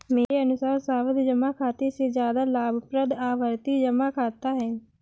मेरे अनुसार सावधि जमा खाते से ज्यादा लाभप्रद आवर्ती जमा खाता है